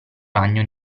ragno